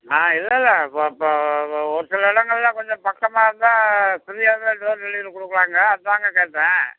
ஆ இல்லல்லை இப்போ இப்போ ஒரு சில இடங்கள்லாம் கொஞ்சம் பக்கமாக இருந்தால் ஃப்ரீயாக தான் டோர் டெலிவரி கொடுக்கறாங்க அதுதாங்க கேட்டேன்